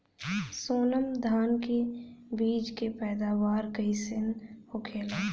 सोनम धान के बिज के पैदावार कइसन होखेला?